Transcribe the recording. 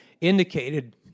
indicated